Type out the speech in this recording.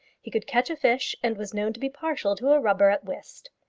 he could catch a fish, and was known to be partial to a rubber at whist.